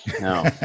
No